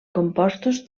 compostos